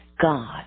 God